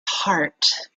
heart